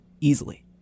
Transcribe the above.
easily